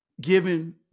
given